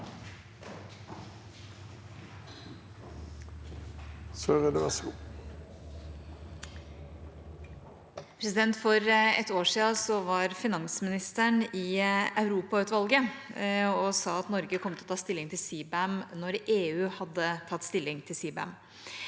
For et år siden var finansministeren i Europautvalget og sa at Norge kom til å ta stilling til CBAM når EU hadde tatt stilling til CBAM.